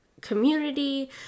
community